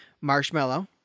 Marshmallow